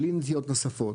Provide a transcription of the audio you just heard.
בלי נביעות נוספות,